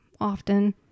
often